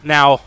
Now